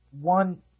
One